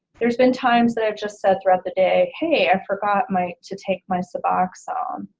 there's been times that i've just said throughout the day, hey i forgot my to take my suboxone.